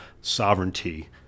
sovereignty